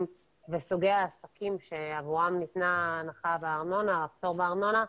וסוגי העסקים שעבורם ניתן הפטור בארנונה,